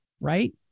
right